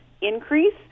increase